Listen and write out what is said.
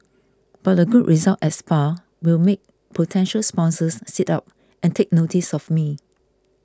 but a good result at Spa will make potential sponsors sit up and take notice of me